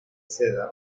seda